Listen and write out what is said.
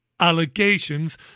allegations